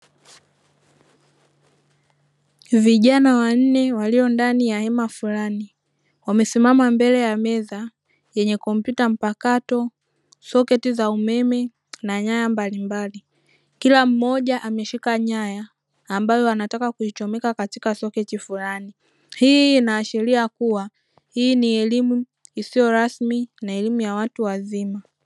Vijana wanne walio ndani ya hema fulani wamesimama mbele ya meza yenye kompyuta mpakato, soketi za umeme na nyaya mbalimbali, kila mmoja ameshika nyaya ambayo anataka kuichomeka katoka soketi fulani, hii inaashiria kuwa ni elimu isiyo rasmi na elimu ya watu wazima.